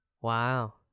Wow